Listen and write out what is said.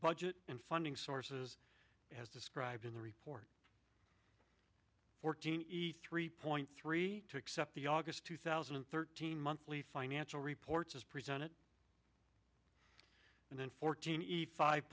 budget and funding sources as described in the reply fourteen three point three to accept the august two thousand and thirteen monthly financial reports as presented and in fourteen eat five